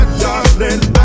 darling